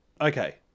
Okay